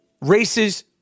races